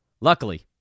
Luckily